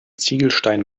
ziegelstein